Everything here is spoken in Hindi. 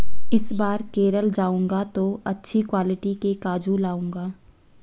इस बार केरल जाऊंगा तो अच्छी क्वालिटी के काजू लाऊंगा